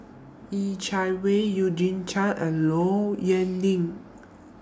Yeh Chi Wei Eugene Chen and Low Yen Ling